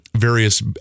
various